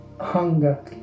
hunger